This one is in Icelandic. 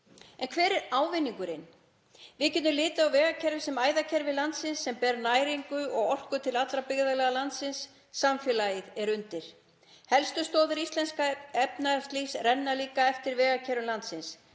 En hver er ávinningurinn? Við getum litið á vegakerfið sem æðakerfi landsins sem ber næringu og orku til allra byggðarlaga landsins. Samfélagið er undir. Helstu stoðir íslensks efnahagslífs renna líka eftir vegakerfi landsins;